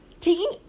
Taking